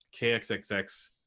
KXXX